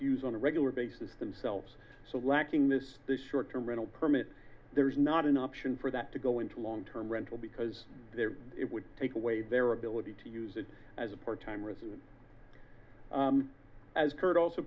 use on a regular basis themselves so lacking this short term rental permit there's not an option for that to go into long term rental because there it would take away their ability to use it as a part time resident as curt also